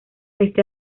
este